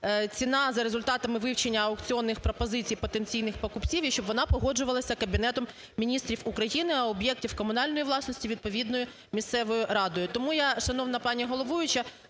ціна за результатами вивчення аукціонних пропозицій потенційних покупців і щоб вона погоджувалась Кабінетом Міністрів України, а об'єктів комунальної власності – відповідною місцевою радою. Тому я, шановна пані головуюча,